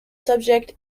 subject